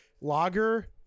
lager